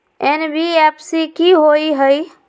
NBFC कि होअ हई?